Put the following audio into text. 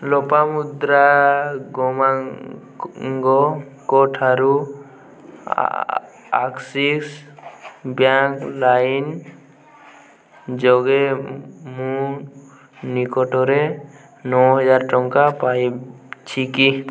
ଲୋପାମୁଦ୍ରା ଗମାଙ୍ଗ ଙ୍କ ଠାରୁ Axis bank line ଯୋଗେ ମୁଁ ନିକଟରେ ନଅ ହଜାର ଟଙ୍କା ପାଇଛି କି